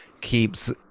keeps